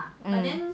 um